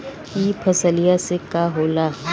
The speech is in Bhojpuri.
ई फसलिया से का होला?